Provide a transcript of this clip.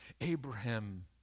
Abraham